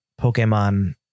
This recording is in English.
pokemon